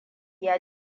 ya